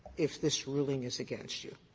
if this ruling is against you?